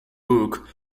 book